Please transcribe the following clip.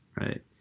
Right